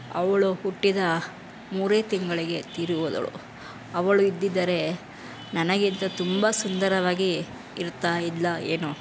ಅವಳು ಹುಟ್ಟಿದ ಮೂರೇ ತಿಂಗಳಿಗೆ ತೀರಿ ಹೋದಳು ಅವಳು ಇದ್ದಿದ್ದರೆ ನನಗಿಂತ ತುಂಬ ಸುಂದರವಾಗಿ ಇರ್ತಾಯಿದ್ದಳೋ ಏನೋ ಗೊತ್ತಿಲ್ಲ